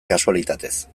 kasualitatez